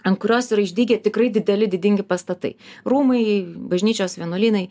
ant kurios ir išdygę tikrai dideli didingi pastatai rūmai bažnyčios vienuolynai